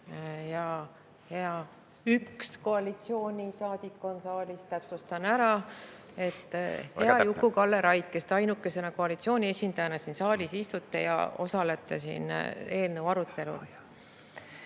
Hea üks koalitsioonisaadik on saalis, täpsustan ära. Hea Juku-Kalle Raid, kes te ainukese koalitsiooni esindajana siin saalis istute ja osalete siin eelnõu arutelul!